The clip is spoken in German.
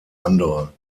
andere